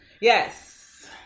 Yes